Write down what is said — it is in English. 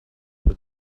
able